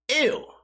Ew